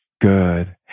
Good